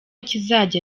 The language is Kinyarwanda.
kizajya